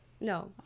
no